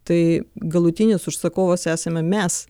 tai galutinis užsakovas esame mes